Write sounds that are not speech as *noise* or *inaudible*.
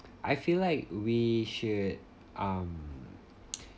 I feel like we should um *noise*